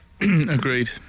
Agreed